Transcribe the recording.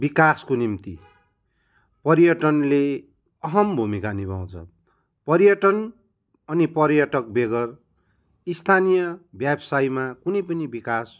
बिकासको निम्ति पर्यटनले अहम भूमिका निभाउँछ पर्यटन अनि पर्यटक बेगर स्थानीय व्यवसायमा कुनै पनि बिकास